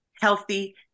Healthy